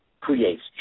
creates